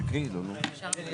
תקריאי את זה.